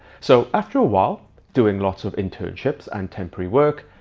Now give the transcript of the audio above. so after a while doing lots of internships and temporary work,